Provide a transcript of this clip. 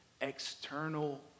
External